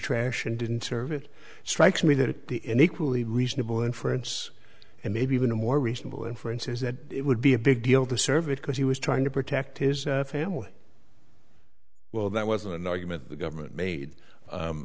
trash and didn't serve it strikes me that at the end equally reasonable inference and maybe even a more reasonable inference is that it would be a big deal to serve it because he was trying to protect his family well that wasn't an argument the government made